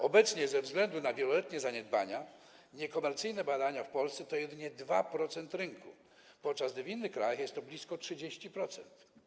Obecnie, ze względu na wieloletnie zaniedbania, niekomercyjne badania w Polsce to jedynie 2% rynku, podczas gdy w innych krajach jest to blisko 30%.